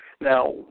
now